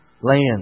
land